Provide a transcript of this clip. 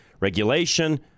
regulation